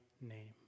name